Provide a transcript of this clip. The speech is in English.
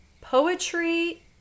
Poetry